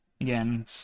Again